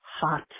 hot